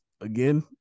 again